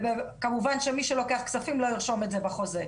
וכמובן מי שלוקח כספים צריך לרשות את זה בחוזה.